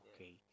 okay